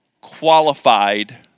Qualified